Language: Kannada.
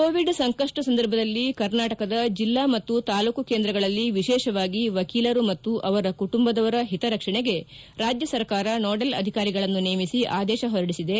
ಕೋವಿಡ್ ಸಂಕಪ್ನ ಸಂದರ್ಭದಲ್ಲಿ ಕರ್ನಾಟಕದ ಜೆಲ್ಲಾ ಮತ್ತು ತಾಲ್ಲೂಕು ಕೇಂದ್ರಗಳಲ್ಲಿ ವಿಶೇಷವಾಗಿ ವಕೀಲರು ಮತ್ತು ಅವರ ಕುಟುಂಬದವರ ಹಿತ ರಕ್ಷಣೆಗೆ ರಾಜ್ಯ ಸರ್ಕಾರ ನೋಡೆಲ್ ಅಧಿಕಾರಿಗಳನ್ನು ನೇಮಿಸಿ ಆದೇಶ ಹೊರಡಿಸಿದೆ